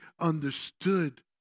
understood